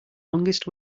longest